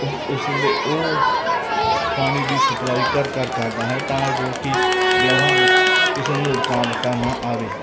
ਉਸ ਉਸਦੇ ਉਹ ਪਾਣੀ ਦੀ ਸਪਲਾਈ ਘਰ ਘਰ ਕਰਦਾ ਹੈ ਤਾਂ ਜੋ ਕਿ ਵਿਆਹਾਂ ਵਿੱਚ ਕਿਸੇ ਨੂੰ ਰੁਕਾਵਟਾਂ ਨਾ ਆਵੇ